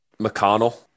McConnell